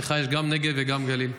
לך יש גם נגב וגם גליל.